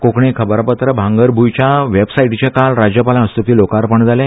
कोंकणी खबरांपत्र भांगरभूंयच्या वॅबसायटीचें काल राज्यपालां हस्तुकीं लोकार्पण जालें